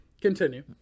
continue